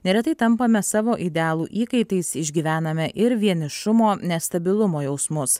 neretai tampame savo idealų įkaitais išgyvename ir vienišumo nestabilumo jausmus